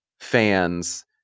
fans